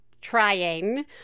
trying